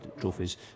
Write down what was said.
trophies